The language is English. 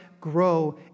grow